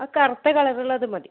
ആ കറുത്ത കളറുള്ളത് മതി